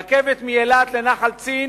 רכבת מאילת לנחל-צין